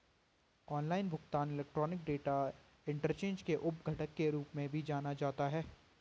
online भुगतान electronic data interchange के उप घटक के रूप में भी जाना जाता है